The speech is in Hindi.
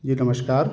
जी नमस्कार